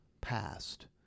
past